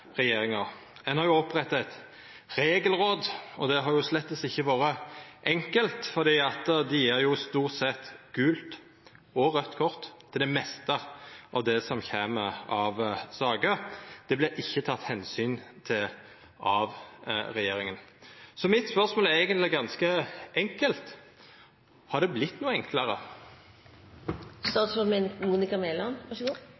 regjeringa. Ein har oppretta eit regelråd. Det har slett ikkje vore enkelt fordi det stort sett gjev gult og raudt kort til det meste av det som kjem av saker, men det vert ikkje teke omsyn til av regjeringa. Mitt spørsmål er eigentleg ganske enkelt: Har det vorte enklare?